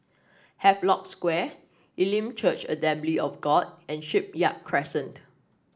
Havelock Square Elim Church Assembly of God and Shipyard Crescent